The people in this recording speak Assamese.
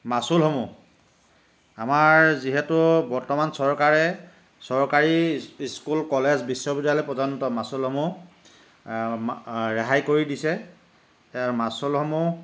মাচুলসমূহ আমাৰ যিহেতু বৰ্তমান চৰকাৰে চৰকাৰী স্কুল কলেজ বিশ্ববিদ্যালয় পৰ্য্যন্ত মাচুলসমূহ ৰেহাই কৰি দিছে মাচুলসমূহ